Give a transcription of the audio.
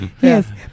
Yes